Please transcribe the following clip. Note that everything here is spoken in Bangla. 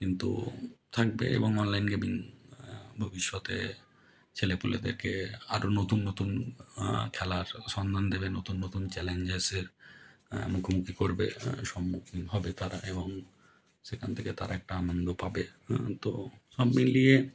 কিন্তু থাকবে এবং অনলাইন গেমিং ভবিষ্যতে ছেলেপুলেদেরকে আরো নতুন নতুন খেলার সন্ধান দেবে নতুন নতুন চ্যালেঞ্জেসের মুখোমুখি করবে সম্মুখীন হবে তারা এবং সেখান থেকে তারা একটা আনন্দ পাবে তো সব মিলিয়ে